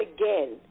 again